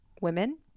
women